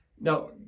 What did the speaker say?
Now